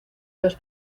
los